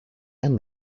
and